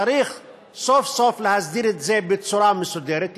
שצריך סוף-סוף להסדיר את זה, בצורה מסודרת.